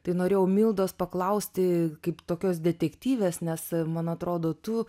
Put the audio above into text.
tai norėjau mildos paklausti kaip tokios detektyvės nes man atrodo tu